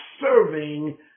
serving